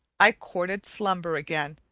i courted slumber again,